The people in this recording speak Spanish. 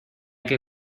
que